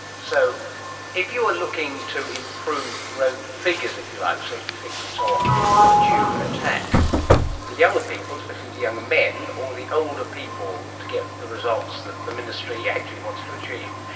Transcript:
so if you were looking to improve road figures, if you like, safety figures and so on, would you attack the younger people, especially the younger men, or the older people to get the results that the ministry actually wants to achieve?